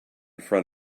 front